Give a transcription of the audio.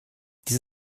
dies